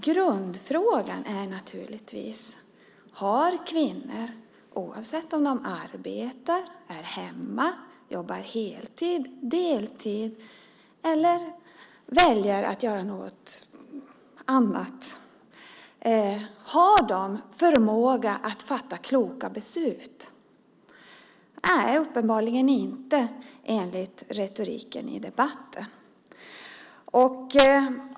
Grundfrågan är naturligtvis: Har kvinnor, oavsett om de arbetar, är hemma, jobbar heltid, jobbar deltid eller väljer att göra något annat, förmåga att fatta kloka beslut? Nej, det har de uppenbarligen inte, enligt retoriken i debatten.